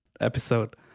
episode